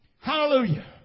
Hallelujah